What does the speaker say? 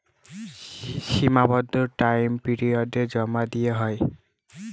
সীমাবদ্ধ টাইম পিরিয়ডে জমা দিতে হয়